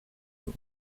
tun